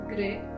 Great